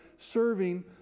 serving